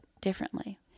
differently